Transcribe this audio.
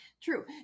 true